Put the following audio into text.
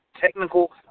technical